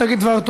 מקומם.